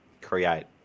create